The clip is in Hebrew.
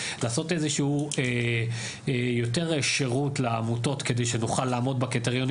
לעשות יותר שירות לעמותות כדי שנוכל לעמוד בקריטריונים